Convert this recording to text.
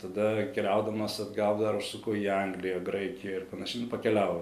tada keliaudamas atgal dar užsuko į angliją graikiją ir panašiai nu pakeliavo